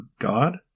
God